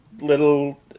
little